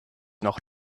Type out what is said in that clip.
noch